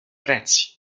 prezzi